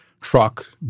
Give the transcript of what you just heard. truck